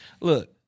Look